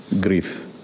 grief